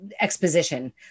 exposition